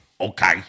Okay